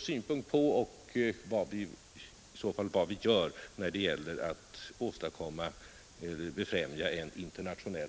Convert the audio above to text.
synpunkt på en internationell aktion och vad vi gör när det gäller att befrämja en sådan.